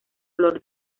olor